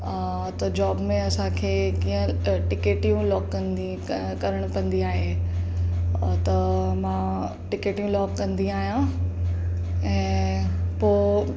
त जॉब में असां खे कीअं टिकेटियूं लॉक कंदी करणु पवंदी आहे त मां टिकेटियूं लॉक कंदी आहियां ऐं पोइ